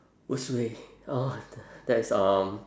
worst way orh that's um